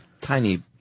tiny